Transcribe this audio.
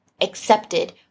accepted